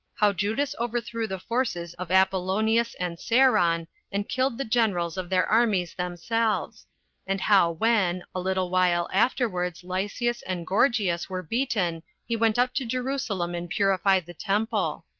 how judas overthrew the forces of apollonius and seron and killed the generals of their armies themselves and how when, a little while afterwards lysias and gorgias were beaten he went up to jerusalem and purified the temple.